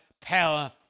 power